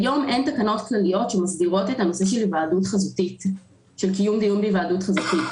כיום אין תקנות כלליות שמסדירות את נושא קיום דיונים בהיוועדות חזותית.